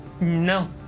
No